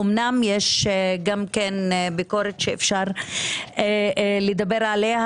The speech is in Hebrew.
אמנם יש גם ביקורת שאפשר לדבר עליה,